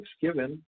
Thanksgiving